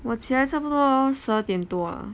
我起来差不多十二点多